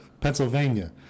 Pennsylvania